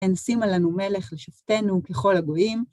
‫הן שימה לנו מלך לשפתנו ככל הגויים.